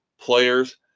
players